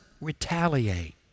retaliate